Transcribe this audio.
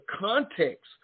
context